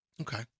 Okay